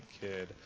kid